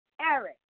Eric